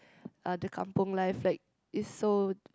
uh the kampung life like is so